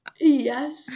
Yes